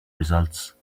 results